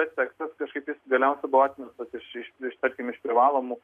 tas tekstas kažkaip jis galiausiai buvo atmestas iš iš tarkim iš privalomų